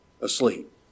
asleep